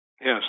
Yes